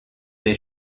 des